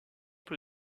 peu